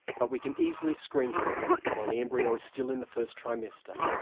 but we can easily screen for it while the embryo is still in the first trimester.